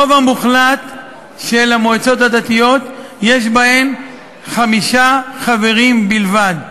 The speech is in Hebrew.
הרוב המוחלט של המועצות הדתיות יש בהן חמישה חברים בלבד.